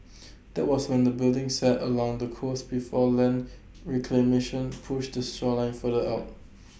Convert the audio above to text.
that was when the building sat along the coast before land reclamation push the shoreline further out